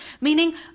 Meaning